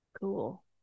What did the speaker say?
cool